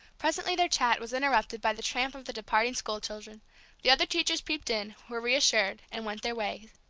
presently their chat was interrupted by the tramp of the departing school children the other teachers peeped in, were reassured, and went their ways.